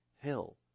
hill